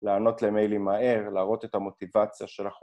‫לענות למיילים מהר, ‫להראות את המוטיבציה שלכם.